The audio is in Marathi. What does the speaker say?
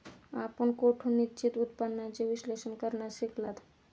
आपण कोठून निश्चित उत्पन्नाचे विश्लेषण करण्यास शिकलात?